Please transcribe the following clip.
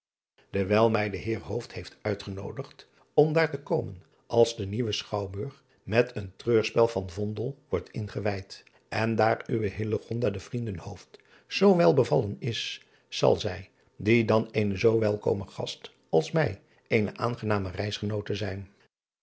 dewijl mij de eer heeft uitgenoodigd om daar te komen als de nieuwe chouwburg met een reurspel van word ingewijd en daar uwe den vrienden zoowel bevallen is zal zij die dan eene zoo wel driaan oosjes zn et leven van illegonda uisman kome gast als mij eene aangename reisgenoote zijn